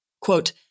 quote